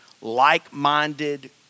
like-minded